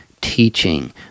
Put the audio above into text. teaching